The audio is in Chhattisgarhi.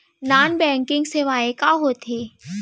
नॉन बैंकिंग सेवाएं का होथे